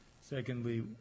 Secondly